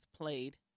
played